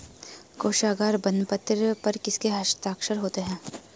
कोशागार बंदपत्र पर किसके हस्ताक्षर होते हैं?